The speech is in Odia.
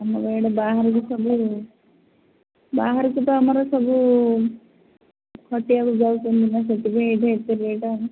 ଆମର ଏଇଠି ବାହାରକୁ ସବୁ ବାହାରକୁ ତ ଆମର ସବୁ ଖଟିବାକୁ ଯାଉଛନ୍ତି ନା ସେଥିପାଇଁ ଏଇଠି ଏତେ ରେଟ୍ ଆଉ